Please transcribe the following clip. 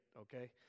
okay